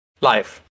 Life